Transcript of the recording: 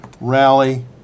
rally